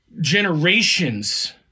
generations